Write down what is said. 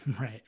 right